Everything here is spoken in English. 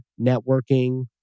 networking